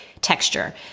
texture